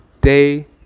day